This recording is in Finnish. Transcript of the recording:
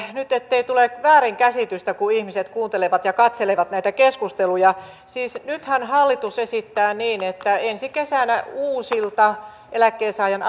nyt tule väärinkäsitystä kun ihmiset kuuntelevat ja katselevat näitä keskusteluja että nythän hallitus esittää niin että ensi kesänä uusilta eläkkeensaajan